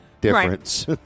difference